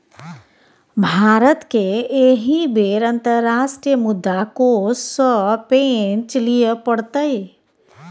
भारतकेँ एहि बेर अंतर्राष्ट्रीय मुद्रा कोष सँ पैंच लिअ पड़तै